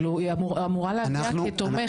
היא אמורה להגיע כתומך.